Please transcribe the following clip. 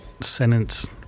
sentence